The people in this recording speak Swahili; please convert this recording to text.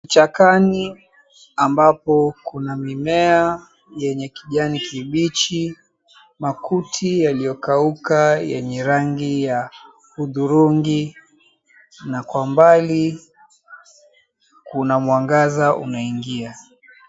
Kichakani ambapo kuna mimea yenya kijani kibichi, makuti yaliyokauka yenye rangi ya hudhurungi na kwa mbali kuna mwangaza unaingia.